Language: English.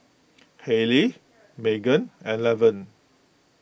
Halley Meaghan and Lavern